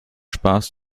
spaß